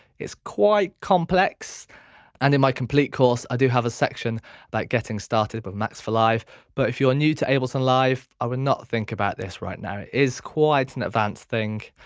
quite complex and in my complete course i do have a section about getting started with max for live but if you're new to ableton live i would not think about this right now it is quite an advanced thing.